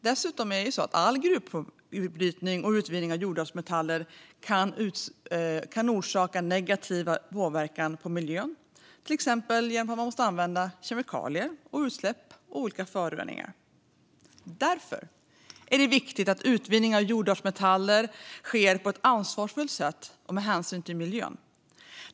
Dessutom kan all gruvbrytning och utvinning av jordartsmetaller ha negativ påverkan på miljön, till exempel genom att man måste använda kemikalier eller genom utsläpp av olika föroreningar. Därför är det viktigt att utvinning av jordartsmetaller sker på ett ansvarsfullt sätt och med hänsyn till miljön.